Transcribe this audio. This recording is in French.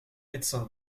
médecin